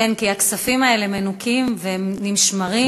כן, כי הכספים האלה מנוכים והם נשמרים במקום אחר.